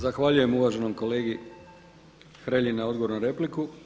Zahvaljujem uvaženom kolegi Hrelji na odgovoru na repliku.